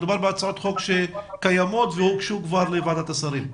מדובר בהצעות חוק שקיימות והוגשו כבר לוועדת השרים.